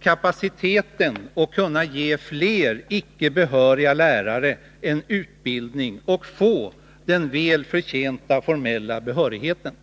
kapaciteten och ge fler icke behöriga lärare en utbildning, så att de får den välförtjänta formella behörigheten.